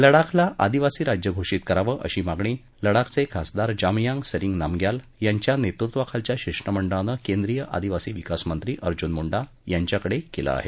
लडाखला आदिवासी राज्य घोषित करावं अशी मागणी लडाखचे खासदार जामयांग सेरिंग नामग्याल यांच्या नेतृत्वाखालील शिष्टमंडळानं केंद्रीय आदिवासी विकास मंत्री अर्जून मुंडा यांच्याकडे केली आहे